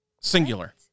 Singular